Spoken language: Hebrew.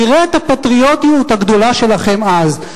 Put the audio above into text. נראה את הפטריוטיות הגדולה שלכם אז.